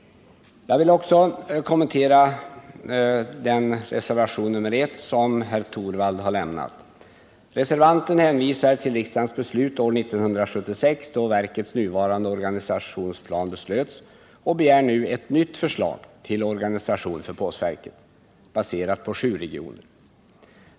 Jag vill också kommentera reservationen 1 av herr Torwald. Reservanten hänvisar till riksdagens beslut 1976, då verkets nuvarande organisationsplan beslöts, och begär nu ett nytt förslag till organisation för postverket, baserat på siu regioner.